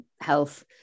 health